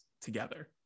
together